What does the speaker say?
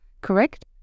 Correct